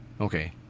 Okay